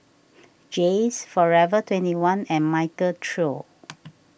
Jays forever twenty one and Michael Trio